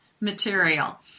material